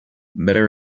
better